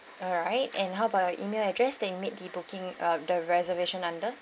alright and how about your email address that you made the booking of the reservation under